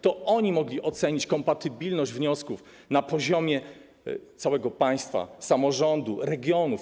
To oni mogli ocenić kompatybilność wniosków na poziomie całego państwa, samorządu, regionów.